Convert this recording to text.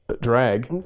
drag